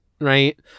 right